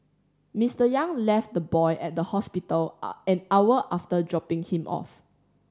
Mister Yang left the boy at the hospital a an hour after dropping him off